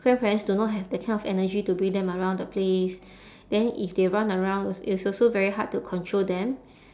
grandparents do not have that kind energy to bring them around the place then if they run around als~ it's also very hard to control them